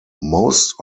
most